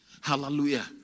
Hallelujah